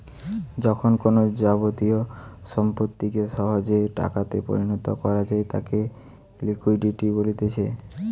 যখন কোনো যাবতীয় সম্পত্তিকে সহজে টাকাতে পরিণত করা যায় তাকে লিকুইডিটি বলতিছে